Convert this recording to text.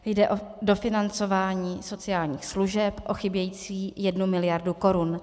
Jde o dofinancování sociálních služeb o chybějící jednu miliardu korun.